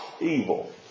evil